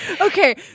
okay